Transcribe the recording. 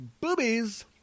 boobies